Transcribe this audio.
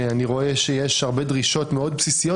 אני רואה שיש הרבה דרישות מאוד בסיסיות